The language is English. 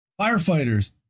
firefighters